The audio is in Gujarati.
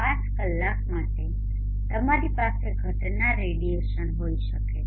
5 કલાક માટે તમારી પાસેઘટના રેડિયેશન હોઈ શકે છે